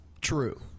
True